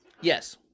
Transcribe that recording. Yes